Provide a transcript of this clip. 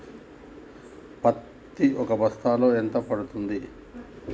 పత్తి ఒక బస్తాలో ఎంత పడ్తుంది?